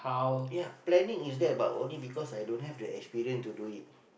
ya planning is there but only because i don't have the experience to do it